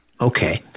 Okay